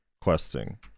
questing